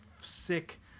sick